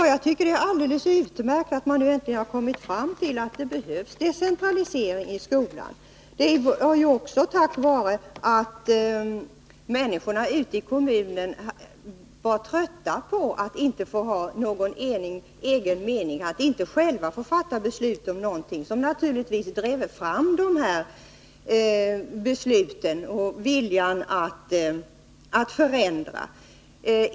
Herr talman! Det är alldeles utmärkt att man äntligen har kommit fram till att det behövs decentralisering i skolan. Människorna i kommunerna var trötta på att inte själva få fatta beslut om någonting, och det var det som drev fram beslutet att förändra.